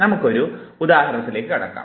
നമുക്കൊരു ഉദാഹരണത്തിലേക്ക് കടക്കാം